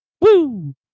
Woo